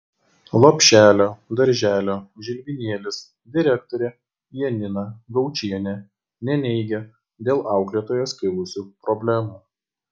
lopšelio darželio žilvinėlis direktorė janina gaučienė neneigia dėl auklėtojos kilusių problemų